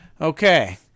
Okay